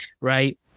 right